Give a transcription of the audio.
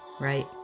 right